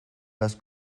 las